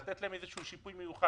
צריך לתת להם שיפוי מיוחד.